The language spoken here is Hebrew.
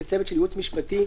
כצוות של הייעוץ המשפטי,